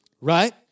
right